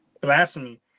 Blasphemy